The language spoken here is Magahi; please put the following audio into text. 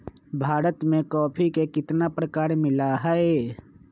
भारत में कॉफी के कितना प्रकार मिला हई?